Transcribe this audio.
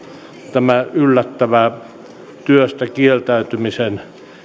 tämä yllättävä työstä kieltäytymisen